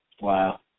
Wow